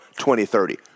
2030